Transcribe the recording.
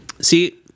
See